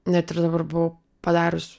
net ir dabar buvau padarius